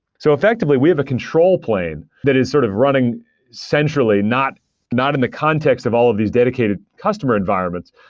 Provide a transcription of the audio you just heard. so, effectively, we have a control plane that is sort of running centrally, not not in the context of all of these dedicated customer environments,